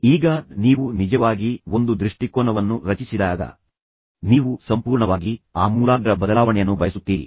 ಆದ್ದರಿಂದ ಈ ಹಂತದಲ್ಲಿ ನೀವು ನಿಮ್ಮ ಕೋಪವನ್ನು ಕಳೆದುಕೊಂಡಿದ್ದೀರಿ ಆದರೆ ನೀವು ಕೋಪಗೊಳ್ಳದಿದ್ದರೆ ಅಂದರೆ ನೀವು ಈ ಪರಿಸ್ಥಿತಿಯನ್ನು ಹೇಗೆ ನಿಭಾಯಿಸುತ್ತೀರಿ